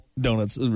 donuts